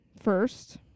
first